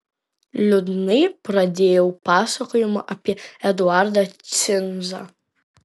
liūdnai pradėjau pasakojimą apie eduardą cinzą